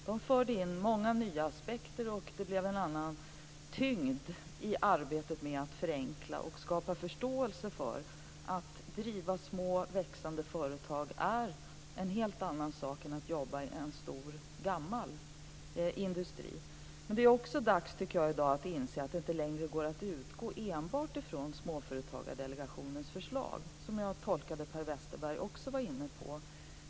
Den förde in många nya aspekter, och det blev en annan tyngd i arbetet med att förenkla och skapa förståelse för att detta med att driva små och växande företag är en helt annan sak än att jobba i en stor och gammal industri. Men jag tycker också att det i dag är dags att inse att det inte längre går att utgå enbart ifrån Småföretagsdelegationens förslag, som jag tolkade att Per Westerberg också var inne på.